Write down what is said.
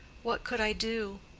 what could i do?